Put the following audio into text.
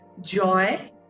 Joy